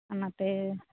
ᱚᱱᱟᱛᱮ